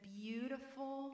beautiful